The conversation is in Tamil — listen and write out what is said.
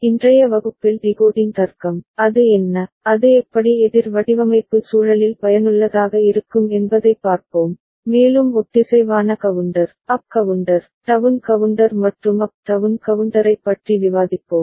இன்றைய வகுப்பில் டிகோடிங் தர்க்கம் அது என்ன அது எப்படி எதிர் வடிவமைப்பு சூழலில் பயனுள்ளதாக இருக்கும் என்பதைப் பார்ப்போம் மேலும் ஒத்திசைவான counter up counter down counter மற்றும் அப் டவுன் கவுண்டரைப் பற்றி விவாதிப்போம்